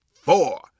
four